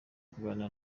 kuganira